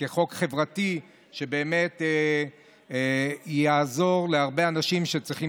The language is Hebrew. חוק חברתי שבאמת יעזור להרבה אנשים שצריכים